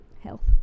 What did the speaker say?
health